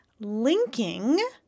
linking